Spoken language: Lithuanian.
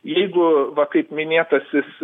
jeigu va kaip minėtasis